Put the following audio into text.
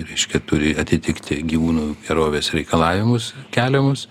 reiškia turi atitikti gyvūnų gerovės reikalavimus keliamus